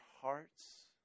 hearts